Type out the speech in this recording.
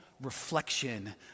reflection